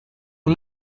who